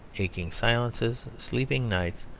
aching silences, sleepless nights,